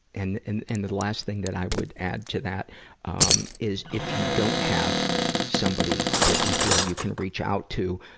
and and and the last thing that i would add to that um is, if you don't have somebody that you feel you can reach out to,